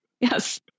Yes